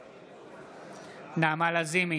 בעד נעמה לזימי,